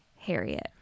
Harriet